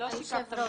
לא שיקפת מציאות.